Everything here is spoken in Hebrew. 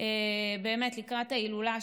באמת לקראת ההילולה,